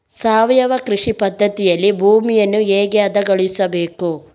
ಸಾವಯವ ಕೃಷಿ ಪದ್ಧತಿಯಲ್ಲಿ ಭೂಮಿಯನ್ನು ಹೇಗೆ ಹದಗೊಳಿಸಬೇಕು?